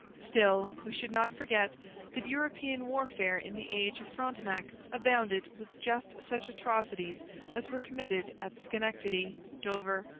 still, we should not forget that european warfare in the age of frontenac abounded with just such atrocities as were committed at schenectady, dover,